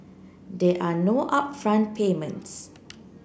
there are no upfront payments